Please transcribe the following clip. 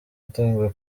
atangwa